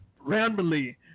randomly